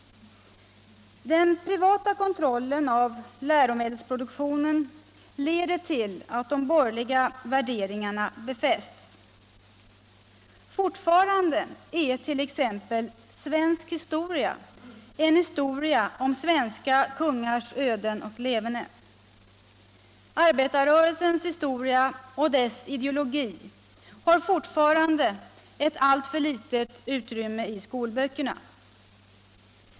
Den privata kontrollen av läromedelsproduktionen leder till att de borgerliga värderingarna befästs. Fortfarande är t.ex. svensk historia en historia om svenska kungars öden och leverne. Arbetarrörelsens historia och dess ideologi har fortfarande ett alltför litet utrymme i skolböckerna.